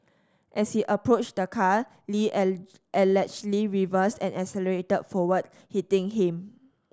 as he approached the car Lee allegedly reversed and accelerated forward hitting him